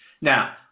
Now